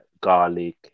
Garlic